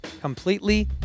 completely